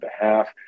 behalf